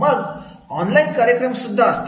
मग ऑनलाईन कार्यक्रम सुद्धा असतात